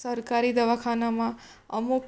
સરકારી દવાખાનામાં અમુક